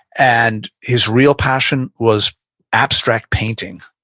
and his real passion was abstract painting.